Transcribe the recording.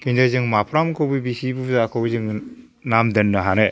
खिन्थु जों माफ्रामखौबो बिसि बुरजाखौ जोङो नाम दोननो हानो